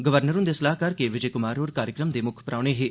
governor हुंदे सलाह्कार के विजय कुमार होर कार्यक्रम दे मुक्ख परौह्ने हे